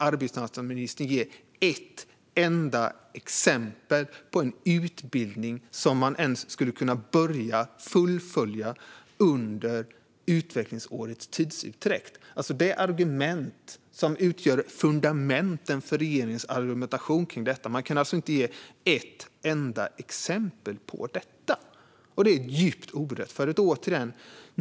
Arbetsmarknadsministern kan inte ge ett enda exempel på en utbildning som man skulle kunna börja och fullfölja under ett utvecklingsår. Detta argument utgör fundamentet för regeringens argumentation här, men man kan alltså inte ge ett enda exempel. Det är djupt orättfärdigt.